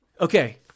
Okay